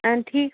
ٲں ٹھیٖک